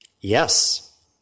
Yes